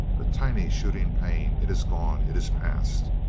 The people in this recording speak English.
a tiny shooting pain. it is gone. it is past.